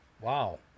Wow